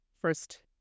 first